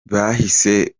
bahise